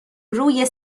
روی